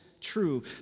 true